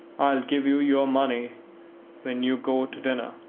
i'll give you your money when you go to dinner.